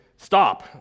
stop